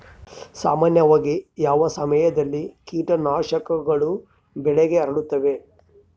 ಸಾಮಾನ್ಯವಾಗಿ ಯಾವ ಸಮಯದಲ್ಲಿ ಕೇಟನಾಶಕಗಳು ಬೆಳೆಗೆ ಹರಡುತ್ತವೆ?